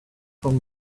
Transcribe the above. from